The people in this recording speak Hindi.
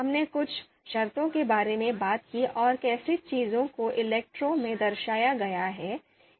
हमने कुछ शर्तों के बारे में बात की और कैसे चीजों को इलेक्ट्रो में दर्शाया गया है